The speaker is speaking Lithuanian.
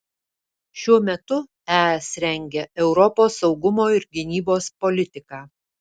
šiuo metu es rengia europos saugumo ir gynybos politiką